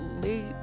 late